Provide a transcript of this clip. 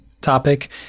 topic